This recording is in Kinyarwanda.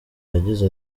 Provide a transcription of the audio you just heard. yagize